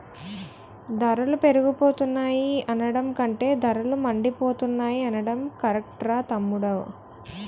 ధరలు పెరిగిపోతున్నాయి అనడం కంటే ధరలు మండిపోతున్నాయ్ అనడం కరెక్టురా తమ్ముడూ